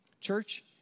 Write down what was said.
Church